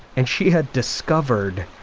and she had discovered